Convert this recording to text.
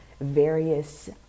various